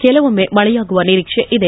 ಕೆಲವೊಮ್ಮೆ ಮಳೆಯಾಗುವ ನಿರೀಕ್ಷೆ ಇದೆ